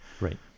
Right